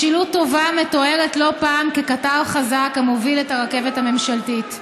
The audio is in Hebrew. משילות טובה מתוארת לא פעם כקטר חזק המוביל את הרכבת הממשלתית,